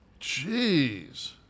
jeez